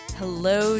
hello